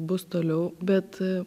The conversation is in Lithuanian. bus toliau bet